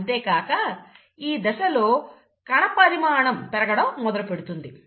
అంతేకాక ఈ దశలో కణపరిమాణం పెరగడం మొదలుపెడుతుంది